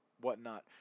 whatnot